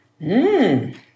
Mmm